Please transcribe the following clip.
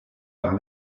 par